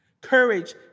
courage